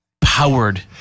powered